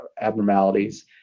abnormalities